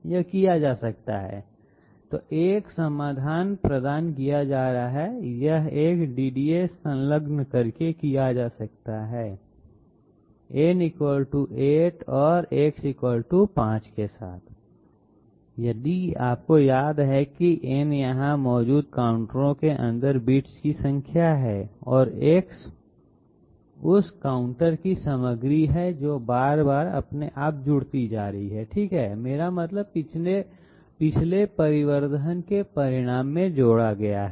यह किया जा सकता है तो एक समाधान प्रदान किया जा रहा है यह एक DDA संलग्न करके किया जा सकता है n 8 और X 5 के साथ यदि आपको याद है कि n यहां मौजूद काउंटरों के अंदर बिट्स की संख्या है और X उस काउंटर की सामग्री है जो बार बार अपने आप जुड़ती जा रही है ठीक है मेरा मतलब पिछले परिवर्धन के परिणाम में जोड़ा गया है